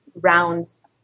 rounds